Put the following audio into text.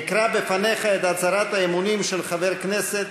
אקרא בפניך את הצהרת האמונים של חבר הכנסת,